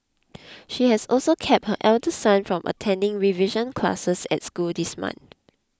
she has also kept her elder son from attending revision classes at school this month